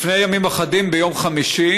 לפני ימים אחדים, ביום חמישי,